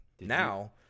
Now